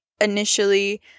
initially